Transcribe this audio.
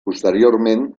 posteriorment